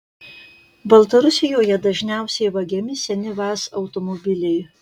baltarusijoje dažniausiai vagiami seni vaz automobiliai